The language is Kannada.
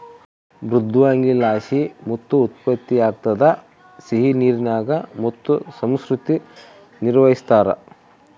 ಮೃದ್ವಂಗಿಲಾಸಿ ಮುತ್ತು ಉತ್ಪತ್ತಿಯಾಗ್ತದ ಸಿಹಿನೀರಿನಾಗ ಮುತ್ತು ಸಂಸ್ಕೃತಿ ನಿರ್ವಹಿಸ್ತಾರ